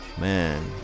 man